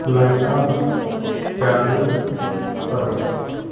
ਲਾਈਟਾਂ ਚਾਲੂ ਕਰੋ